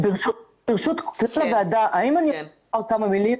ברשות כבוד הוועדה, האם אפשר לומר כמה מילים?